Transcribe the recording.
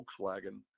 Volkswagen